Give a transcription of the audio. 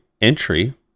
entry